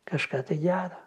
kažką tai gerą